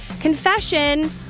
Confession